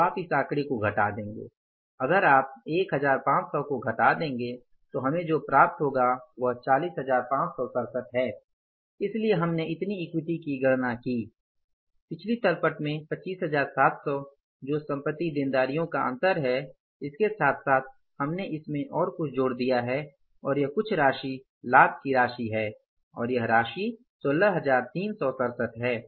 तो आप इस आंकड़े को घटा देंगे अगर आप 1500 को घटा देंगे तो हमें जो प्राप्त होगा वो 40567 है इसलिए हमने इतनी इक्विटी की गणना की पिछली तल पट से 25700 जो संपत्ति देनदारियों का अंतर है इसके साथ साथ हमने इसमें और कुछ जोड़ दिया है और यह कुछ राशि लाभ की राशि है और यह राशि 16367 है